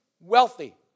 wealthy